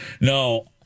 No